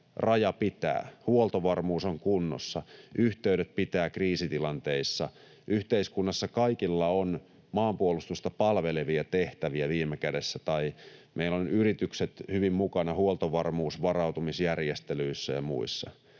raja pitää, huoltovarmuus on kunnossa, yhteydet pitävät kriisitilanteissa, yhteiskunnassa kaikilla on maanpuolustusta palvelevia tehtäviä viime kädessä tai meillä ovat yritykset hyvin mukana huoltovarmuusvarautumisjärjestelyissä ja muissa.